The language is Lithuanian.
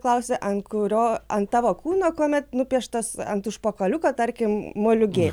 klausė ant kurio ant tavo kūno kuomet nupieštas ant užpakaliuko tarkim moliūgėlis